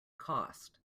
cost